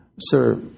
Sir